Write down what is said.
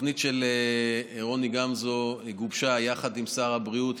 התוכנית של רוני גמזו גובשה יחד עם שר הבריאות,